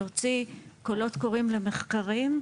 להוציא קולות קוראים למחקרים,